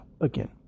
again